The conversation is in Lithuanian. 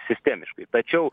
sistemiškai tačiau